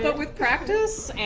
but with practice?